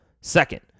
Second